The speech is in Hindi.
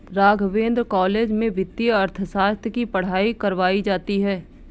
राघवेंद्र कॉलेज में वित्तीय अर्थशास्त्र की पढ़ाई करवायी जाती है